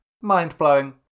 mind-blowing